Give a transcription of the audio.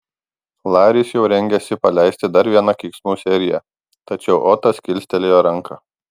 laris jau rengėsi paleisti dar vieną keiksmų seriją tačiau otas kilstelėjo ranką